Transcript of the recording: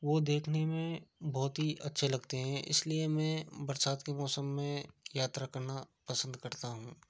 वो देखने में बहुत ही अच्छे लगते हैं इस लिए मैं बरसात के मौसम में यात्रा करना पसंद करता हूँ